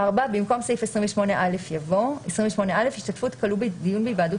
במקום סעיף 28א יבוא: 28א השתתפות כלוא בדיון בהיוועדות